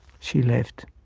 she left.